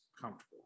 comfortable